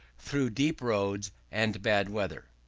through deep roads, and bad weather.